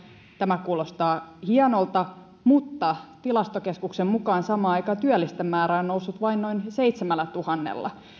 tämä kuulostaa hienolta mutta tilastokeskuksen mukaan samaan aikaa työllisten määrä on noussut vain noin seitsemällätuhannella